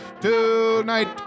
Tonight